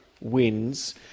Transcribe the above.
wins